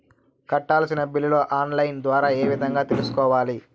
కట్టాల్సిన బిల్లులు online ద్వారా ఏ విధంగా తెలుసుకోవాలి?